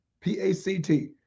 P-A-C-T